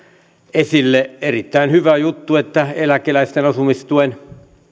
esille erittäin hyvä juttu että eläkeläisten asumistuen